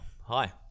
Hi